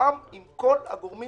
תואם עם כל הגורמים